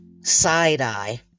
side-eye